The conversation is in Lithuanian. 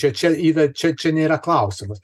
čia čia yra čia čia nėra klausimas